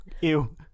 Ew